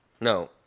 No